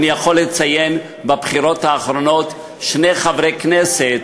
אני יכול לציין בבחירות האחרונות שני חברי כנסת,